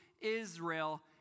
Israel